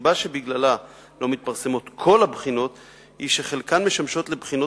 הסיבה שבגללה לא מתפרסמות כל הבחינות היא שחלקן משמשות לבחינות